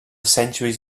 centuries